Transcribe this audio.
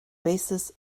basis